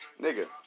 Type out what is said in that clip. nigga